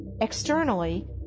externally